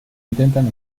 intentan